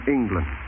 England